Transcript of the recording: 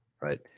right